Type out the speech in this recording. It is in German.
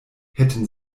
hätten